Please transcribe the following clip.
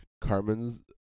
Carmen's